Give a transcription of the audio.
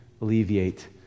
alleviate